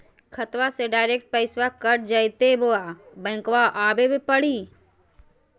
खाताबा से डायरेक्ट पैसबा कट जयते बोया बंकबा आए परी?